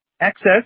Access